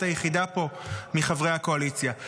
את היחידה פה מחברי הקואליציה.